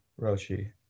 Roshi